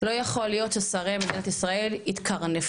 לא יכול להיות ששרי מדינת ישראל יתקרנפו,